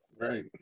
right